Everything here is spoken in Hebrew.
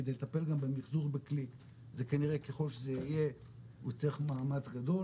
כדי לטפל גם במחזור בקליק זה כנראה ככל שזה יהיה הוא יצטרך מאמץ גדול,